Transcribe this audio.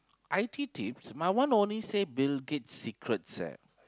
I_T tips my one only say Bill-Gates secrets eh